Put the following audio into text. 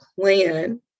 plan